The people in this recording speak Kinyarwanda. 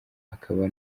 akaba